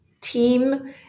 team